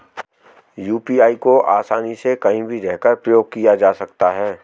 UPI को आसानी से कहीं भी रहकर प्रयोग किया जा सकता है